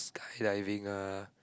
sky diving ah